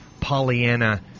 Pollyanna